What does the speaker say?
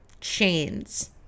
chains